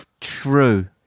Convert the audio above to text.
true